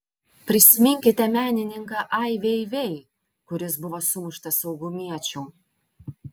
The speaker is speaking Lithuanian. prisiminkite menininką ai vei vei kuris buvo sumuštas saugumiečių